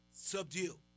subdue